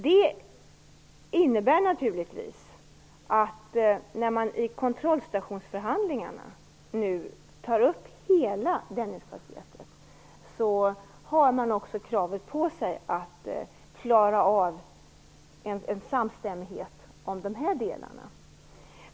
Det innebär naturligtvis att när man i kontrollstationsförhandlingarna nu tar upp hela Dennispaketet har man också kravet på sig att klara av en samstämmighet om de här delarna.